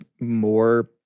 more